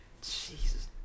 Jesus